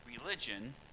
Religion